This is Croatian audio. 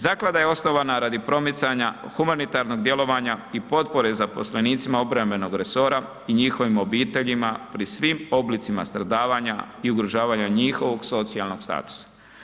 Zaklada je osnovana radi promicanja humanitarnog djelovanja i potpore zaposlenicima obrambenog resora i njihovim obiteljima pri svim oblicima stradavanja i ugrožavanja njihovog socijalnog statusa.